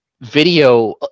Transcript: Video